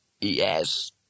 Yes